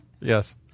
Yes